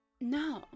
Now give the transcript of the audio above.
No